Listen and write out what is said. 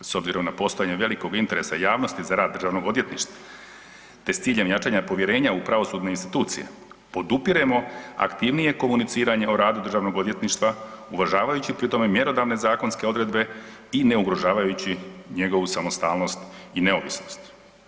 S obzirom na postojanje velikog interesa javnosti za rad Državnog odvjetništva, te s ciljem jačanja povjerenja u pravosudne institucije podupiremo aktivnije komuniciranje o radu Državnog odvjetništva uvažavajući pri tome mjerodavne zakonske odredbe i ne ugrožavajući njegovu samostalnost i neovisnost.